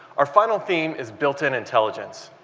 our final theme is built-in intelligence.